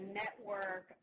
network